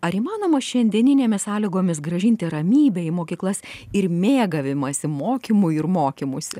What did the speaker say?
ar įmanoma šiandieninėmis sąlygomis grąžinti ramybę į mokyklas ir mėgavimąsi mokymui ir mokymuisi